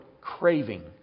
craving